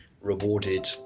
rewarded